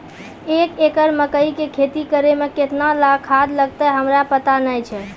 एक एकरऽ मकई के खेती करै मे केतना खाद लागतै हमरा पता नैय छै?